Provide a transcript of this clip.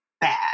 bad